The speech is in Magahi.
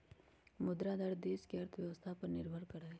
मुद्रा दर देश के अर्थव्यवस्था पर निर्भर करा हई